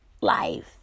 life